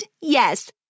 Yes